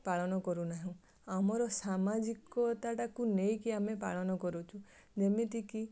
ପାଳନ କରୁନାହୁଁ ଆମର ସାମାଜିକତାଟାକୁ ନେଇକି ଆମେ ପାଳନ କରୁଛୁ ଯେମିତିକି